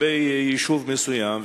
לגבי יישוב מסוים,